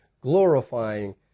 glorifying